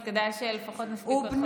אז כדאי שלפחות נספיק עוד חבר כנסת אחד.